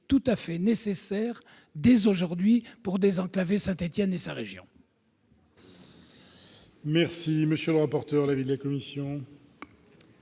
45 demeure nécessaire aujourd'hui pour désenclaver Saint-Étienne et sa région.